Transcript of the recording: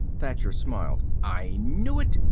thacher smiled. i knew it!